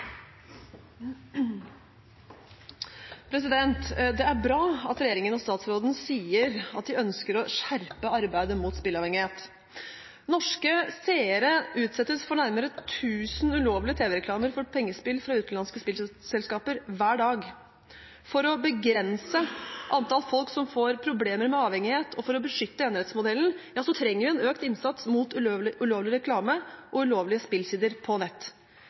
er bra at regjeringen og statsråden sier at de ønsker å skjerpe arbeidet mot spilleavhengighet. Norske seere utsettes for nærmere 1 000 ulovlige tv-reklamer for pengespill fra utenlandske spillselskaper hver dag. For å begrense antallet som får problemer med avhengighet, og for å beskytte enerettsmodellen, trenger vi en økt innsats mot ulovlig reklame og ulovlige spillsider på nett.